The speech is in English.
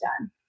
done